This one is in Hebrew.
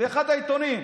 באחד העיתונים.